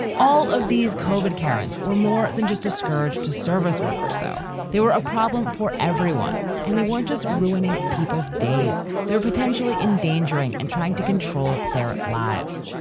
all of these covered characters were more than just a scourge to service workers, though they were a problem for everyone. and they weren't just ruining people's days. they're potentially endangering and trying to control their lives.